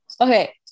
Okay